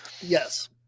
Yes